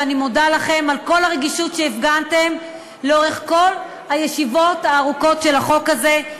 ואני מודה לכם על כל הרגישות שהפגנתם בכל הישיבות הארוכות של החוק הזה.